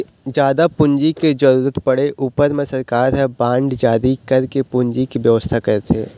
जादा पूंजी के जरुरत पड़े ऊपर म सरकार ह बांड जारी करके पूंजी के बेवस्था करथे